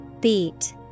Beat